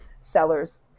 sellers